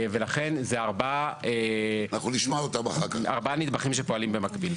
ולכן זה ארבעה נדבכים שפועלים במקביל.